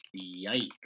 yikes